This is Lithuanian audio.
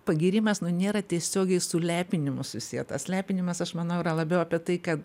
pagyrimas nu nėra tiesiogiai su lepinimu susietas lepinimas aš manau yra labiau apie tai kad